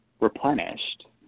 replenished